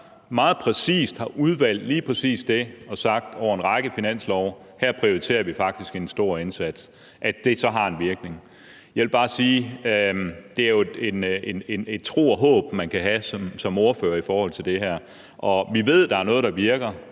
meget præcist har udvalgt netop det og sagt gennem en række finanslove, at man her faktisk prioriterer en stor indsats, så har en virkning. Jeg vil bare sige: Det er jo en tro og et håb, man kan have som ordfører i forhold til det her. Vi ved, at der er noget, der virker.